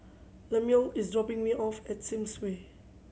Lemuel is dropping me off at Sims Way